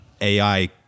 AI